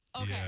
Okay